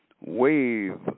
wave